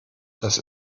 das